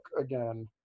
again